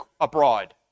abroad